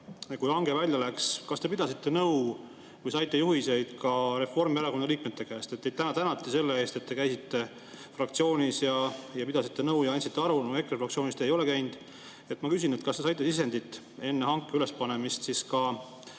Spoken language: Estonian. kui hange välja läks, te pidasite nõu või saite juhiseid ka Reformierakonna liikmete käest? Teid täna tänati selle eest, et te käisite fraktsioonis ja pidasite nõu ja andsite aru. No EKRE fraktsioonis te ei ole käinud. Ma küsin: kas te saite enne hanke ülespanemist ka